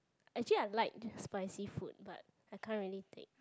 actually I like spicy food but I can't really take